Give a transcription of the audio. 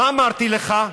מה אמרתי לך?